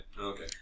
Okay